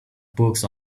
books